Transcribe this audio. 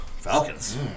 Falcons